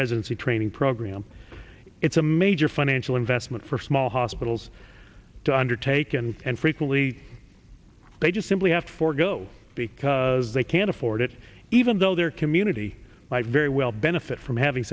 residency training program it's a major financial investment for small hospitals to undertake and frequently they just simply have to forego because they can't afford it even though their community might very well benefit from having